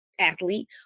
athlete